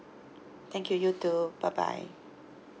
thank you you too bye bye